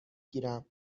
گیرم